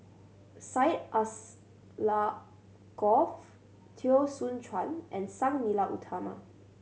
Syed Alsagoff Teo Soon Chuan and Sang Nila Utama